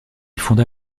fonda